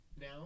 now